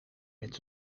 met